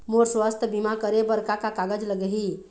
मोर स्वस्थ बीमा करे बर का का कागज लगही?